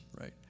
right